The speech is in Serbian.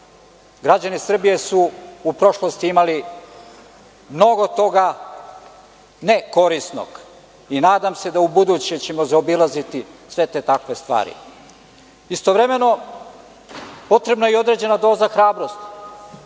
štetu. Građani Srbije su u prošlosti imali mnogo toga ne korisnog i nadam se da ćemo u budućnosti zaobilaziti sve te takve stvari. Istovremeno, potrebna je i određena doza hrabrosti.